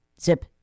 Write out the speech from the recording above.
Zip